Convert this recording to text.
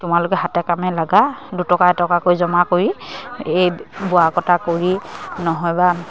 তোমালোকে হাতে কামে লাগা দুটকা এটকাকৈ জমা কৰি এই বোৱা কটা কৰি নহয় বা